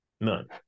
None